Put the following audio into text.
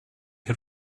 had